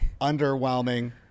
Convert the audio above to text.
underwhelming